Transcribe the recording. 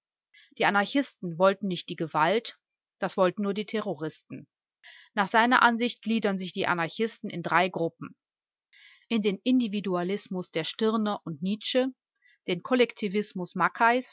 die anarchisten wollen nicht die gewalt das wollen nur die terroristen nach seiner ansicht gliedern sich die anarchisten in drei gruppen in den individualismus der stirner und nietzsche den kollektivismus